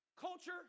culture